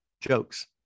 jokes